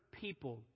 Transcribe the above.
people